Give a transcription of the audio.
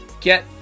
get